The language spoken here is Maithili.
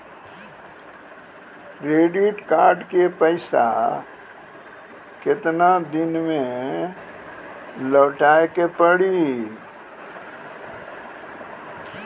क्रेडिट कार्ड के पैसा केतना दिन मे लौटाए के पड़ी?